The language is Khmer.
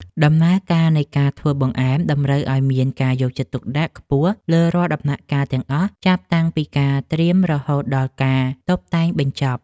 ដំណើរការនៃការធ្វើបង្អែមតម្រូវឱ្យមានការយកចិត្តទុកដាក់ខ្ពស់លើរាល់ដំណាក់កាលទាំងអស់ចាប់តាំងពីការត្រៀមរហូតដល់ការតុបតែងបញ្ចប់។